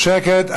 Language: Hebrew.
שקט.